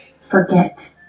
Forget